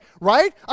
right